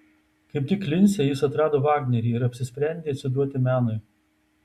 kaip tik lince jis atrado vagnerį ir apsisprendė atsiduoti menui